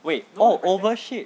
wait no oval shape